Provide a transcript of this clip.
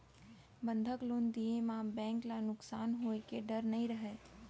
बंधक लोन दिये म बेंक ल नुकसान होए के डर नई रहय